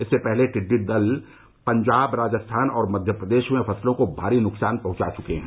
इससे पहले टिड्डी दल पंजाब राजस्थान और मध्य प्रदेश में फसलों को भारी नुकसान पहुंचा चुके हैं